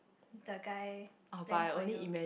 the guy then for you